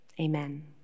Amen